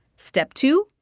step two.